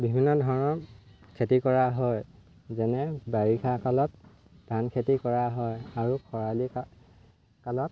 বিভিন্ন ধৰণৰ খেতি কৰা হয় যেনে বাৰিষা কালত ধান খেতি কৰা হয় আৰু খৰালি কা কালত